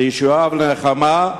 לישועה ולנחמה,